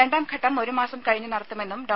രണ്ടാം ഘട്ടം ഒരു മാസം കഴിഞ്ഞ് നടത്തുമെന്നും ഡോ